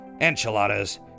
enchiladas